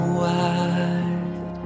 wide